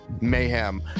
Mayhem